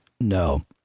No